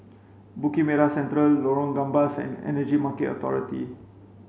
Bukit Merah Central Lorong Gambas and Energy Market Authority